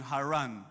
Haran